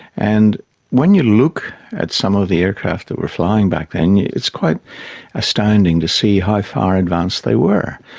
and when you look at some of the aircraft that were flying back then, it's quite astounding to see how far advanced they were.